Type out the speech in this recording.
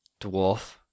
dwarf